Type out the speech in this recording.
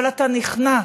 אבל אתה נכנע,